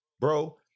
bro